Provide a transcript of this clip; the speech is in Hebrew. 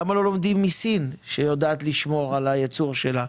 למה לא לומדים מסין שיודעת לשמור על הייצור שלה?